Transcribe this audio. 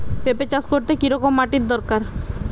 পেঁপে চাষ করতে কি রকম মাটির দরকার?